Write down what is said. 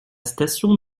station